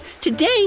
Today